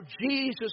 Jesus